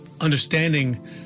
understanding